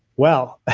well.